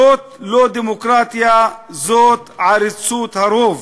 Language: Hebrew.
זאת לא דמוקרטיה, זאת עריצות הרוב.